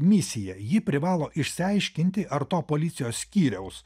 misiją ji privalo išsiaiškinti ar to policijos skyriaus